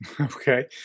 okay